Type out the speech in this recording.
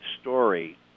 story